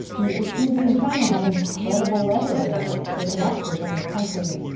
you know india and china have incredible leverage over us. they could actually bring the country,